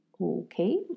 Okay